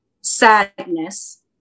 sadness